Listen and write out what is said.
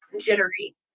jittery